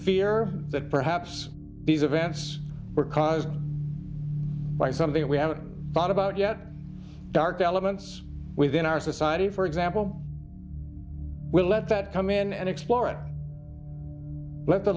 fear that perhaps these events were caused by something we haven't thought about yet dark elements within our society for example we'll let that come in and explore and let the